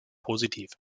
positiv